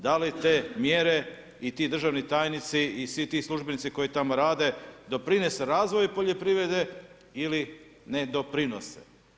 Da li te mjere i ti državni tajnici i svi ti službenici koji tamo rade doprinose razvoju poljoprivrede ili ne doprinose.